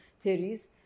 theories